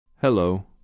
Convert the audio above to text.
Hello